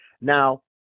Now